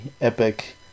epic